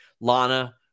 Lana